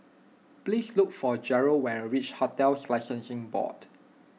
please look for Jerrell when you reach Hotels Licensing Board